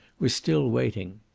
was still waiting.